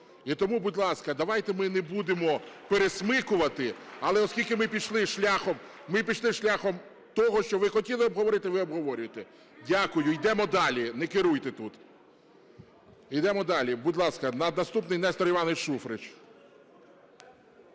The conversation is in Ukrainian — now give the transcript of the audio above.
І тому, будь ласка, давайте ми не будемо пересмикувати, але оскільки ми пішли шляхом, ми пішли шляхом того, що ви хотіли обговорити, ви обговорюєте. Дякую, йдемо далі. Не керуйте тут. Ідемо далі. Будь ласка, наступний Нестор Іванович Шуфрич.